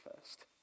first